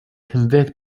convict